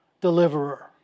Deliverer